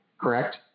correct